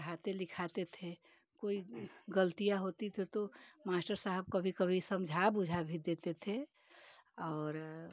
पढ़ाते लिखाते थे कोई गलतियाँ होती ते तो मास्टर साहब कभी कभी समझ बुझा भी देते थे और